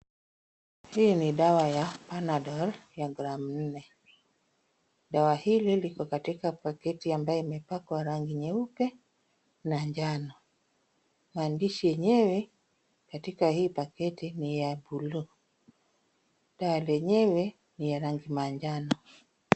Hii ni dawa ya panadol ya gramu nne, dawa hii iko katika paketi ambalo limepakwa rangi nyeupe na njano, maandishi yenyewe katika hili paketi ni ya buluu, dawa yenyewe ni ya rangi manjano